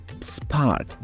spark